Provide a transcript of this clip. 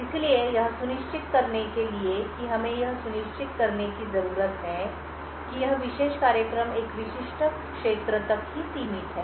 इसलिए यह सुनिश्चित करने के लिए कि हमें यह सुनिश्चित करने की जरूरत है कि यह विशेष कार्यक्रम एक विशिष्ट क्षेत्र तक ही सीमित है